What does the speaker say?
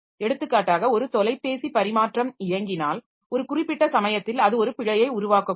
எடுத்துக்காட்டாக ஒரு தொலைபேசி பரிமாற்றம் இயங்கினால் ஒரு குறிப்பிட்ட சமயத்தில் அது ஒரு பிழையை உருவாக்கக்கூடும்